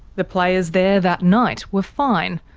the players there that night were fine,